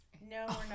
No